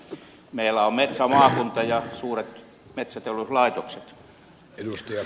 meillä on metsämaakunta ja suuret metsäteollisuuslaitokset